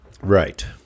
right